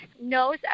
knows